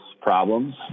problems